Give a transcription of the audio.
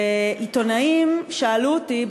ועיתונאים שאלו אותי,